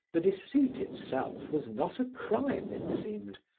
the deceit itself was not a crime, it seemed.